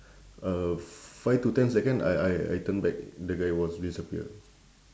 uh five to ten second I I I turn back the guy was disappear